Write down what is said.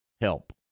help